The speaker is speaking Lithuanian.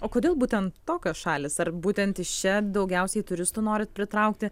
o kodėl būtent tokios šalys ar būtent iš čia daugiausiai turistų norit pritraukti